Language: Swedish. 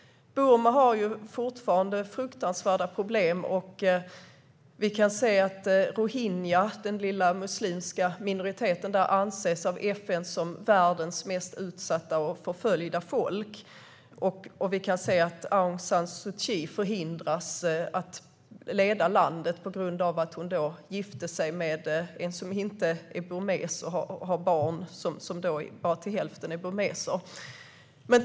Burma har fortfarande enorma problem. Rohingya, den lilla muslimska minoriteten, anses av FN vara världens mest utsatta och förföljda folkgrupp. Aung San Suu Kyi förhindras att leda landet på grund av att hon gifte sig med en icke-burmes och har barn som bara till hälften är burmeser.